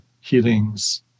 healings